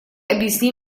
объясни